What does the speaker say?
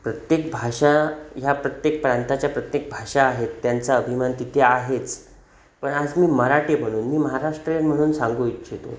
प्रत्येक भाषा ह्या प्रत्येक प्रांताच्या प्रत्येक भाषा आहेत त्यांचा अभिमान तिथे आहेच पण आज मी मराठी म्हणून मी महाराष्ट्रीयन म्हणून सांगू इच्छितो